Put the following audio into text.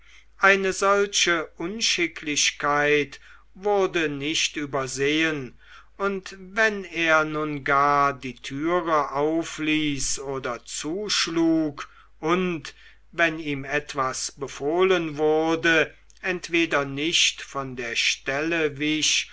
eine solche unschicklichkeit wurde nicht übersehen und wenn er nun gar die türe aufließ oder zuschlug und wenn ihm etwas befohlen wurde entweder nicht von der stelle wich